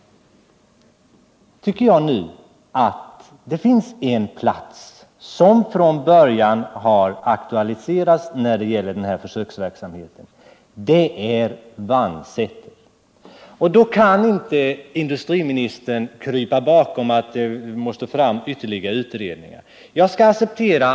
En plats som från början har aktualiserats i samband med den verksamhet som vi nu diskuterar är dock Vannsäter. Industriministern kan då inte gömma sig bakom ett besked om att ytterligare utredningar måste genomföras.